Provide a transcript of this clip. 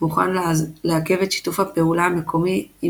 מוכן לעכב את שיתוף הפעולה המקומי עם